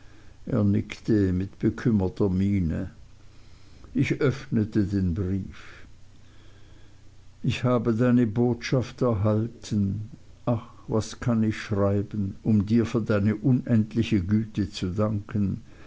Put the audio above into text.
mit bekümmerter miene ich öffnete den brief ich habe deine botschaft erhalten ach was kann ich schreiben um dir für deine unendliche güte zu danken